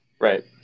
right